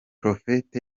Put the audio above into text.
prophet